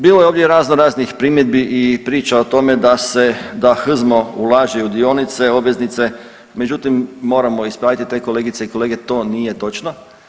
Bilo je ovdje raznoraznih primjedbi i priča o tome da se, da HZMO ulaže i u dionice, obveznice međutim, moramo ispraviti te kolegice i kolege, to nije točno.